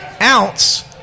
ounce